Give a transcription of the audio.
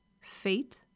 Fate